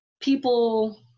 people